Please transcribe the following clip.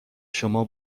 شما